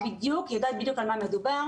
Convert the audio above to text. היא יודעת בדיוק על מה מדובר.